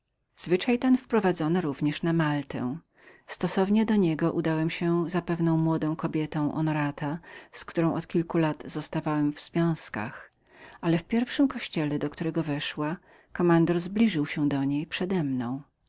zwyczaj ten hiszpański wprowadzono na maltę stosownie do niego udałem się za pewną zaszczytną kobietą z którą od kilku lat zostawałem w związkach ale w pierwszym kościele do którego weszła kommandor zbliżył się przedemną